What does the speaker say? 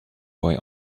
boy